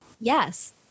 Yes